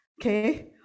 okay